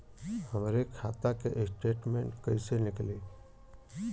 हमरे खाता के स्टेटमेंट कइसे निकली?